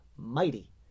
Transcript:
mighty